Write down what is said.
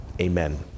Amen